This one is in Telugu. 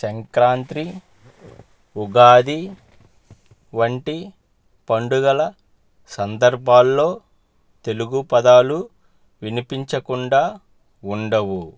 సంక్రాంతీ ఉగాది వంటి పండుగల సందర్భాల్లో తెలుగు పదాలు వినిపించకుండా ఉండవు